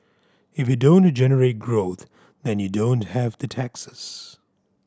if you don't generate growth then you don't have the taxes